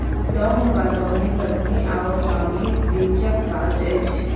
दौन वा दौनी कटनी आ ओसौनीक बीचक काज अछि